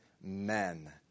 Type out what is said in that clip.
men